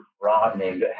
broadening